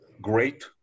great